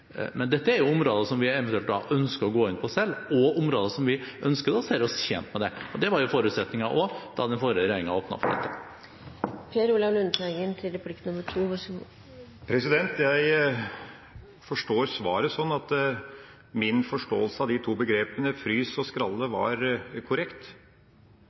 Men dette er jo områder som vi eventuelt ønsker å gå inn på selv, områder hvor vi ønsker det, og ser oss tjent med det. Det var også forutsetningen da den forrige regjeringen åpnet for det. Jeg forstår svaret sånn at min forståelse av de to begrepene «frys» og «skralle» var korrekt. Så er det jo sånn i internasjonale forhandlinger at dersom en inngår en avtale som inneholder de to